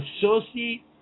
associate